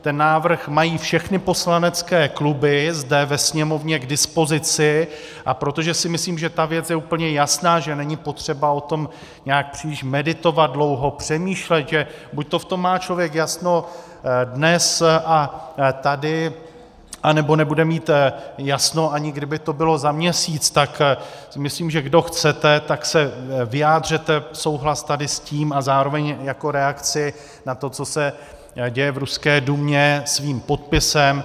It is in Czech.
Ten návrh mají všechny poslanecké kluby zde ve Sněmovně k dispozici, a protože si myslím, že ta věc je úplně jasná, že není potřeba o tom nějak příliš meditovat, dlouho přemýšlet, že buďto v tom má člověk jasno dnes a tady, anebo nebude mít jasno, ani kdyby to bylo za měsíc, tak myslím, že kdo chcete, vyjádřete souhlas tady s tím, a zároveň jako reakci na to, co se děje v ruské Dumě, svým podpisem.